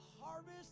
harvest